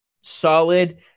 solid